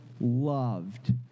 loved